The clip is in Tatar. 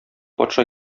патша